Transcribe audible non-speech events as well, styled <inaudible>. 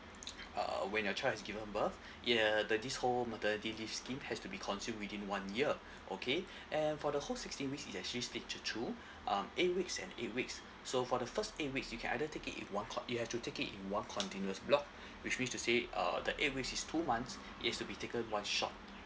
uh when your child has given birth <breath> it uh the this whole maternity leaves scheme has to be consume within one year <breath> okay and for the whole sixteen weeks is actually split to two <breath> um eight weeks and eight weeks <breath> so for the first eight weeks you can either take it in one con~ you have to take it in one continuous block <breath> which which to say uh the eight weeks is two months it needs to be taken one shot